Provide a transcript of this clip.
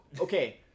okay